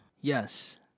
Yes